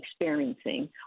experiencing